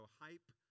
hype